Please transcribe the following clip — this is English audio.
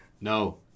No